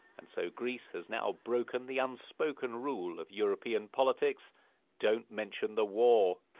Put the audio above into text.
and so greece has now broken the unspoken rule of european politics don't mention the war.